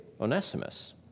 Onesimus